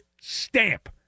stamp